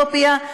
זה יוצא אתיופיה.